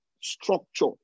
structure